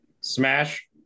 Smash